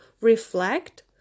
reflect